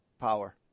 Power